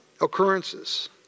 occurrences